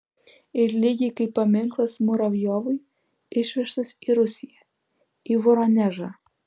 ir lygiai kaip paminklas muravjovui išvežtas į rusiją į voronežą